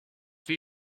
wie